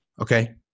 okay